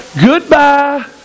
Goodbye